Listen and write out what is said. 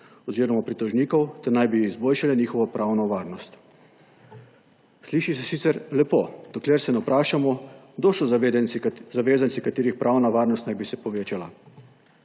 oziroma pritožnikov ter naj bi izboljšale njihovo pravno varnost. Sliši se sicer lepo, dokler se ne vprašamo, kdo so zavezanci, katerih pravna varnost naj bi se povečala.